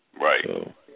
Right